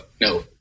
no